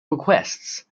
requests